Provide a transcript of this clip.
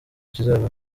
kizaba